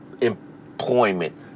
employment